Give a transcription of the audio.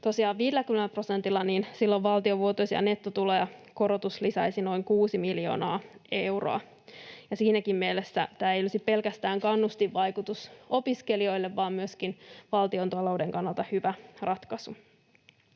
niin silloin valtion vuotuisia nettotuloja korotus lisäisi noin 6 miljoonaa euroa, ja siinäkään mielessä tämä ei olisi pelkästään kannustinvaikutus opiskelijoille vaan myöskin valtiontalouden kannalta hyvä ratkaisu.